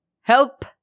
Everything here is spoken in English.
Help